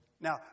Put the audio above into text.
Now